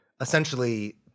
essentially